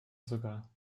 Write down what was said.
sogar